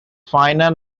final